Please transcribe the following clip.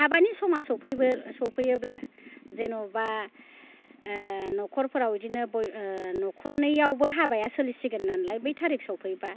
हाबानि समा सफैयोब्ला जेनेबा न'खरफोराव बिदिनो न'खरनैयावबो हाबाया सोलिसिगोन नालाय बै थारिग सफैबा